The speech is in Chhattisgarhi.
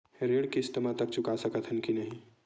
ऋण किस्त मा तक चुका सकत हन कि नहीं?